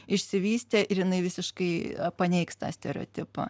išsivystė ir jinai visiškai paneigs tą stereotipą